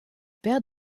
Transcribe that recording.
père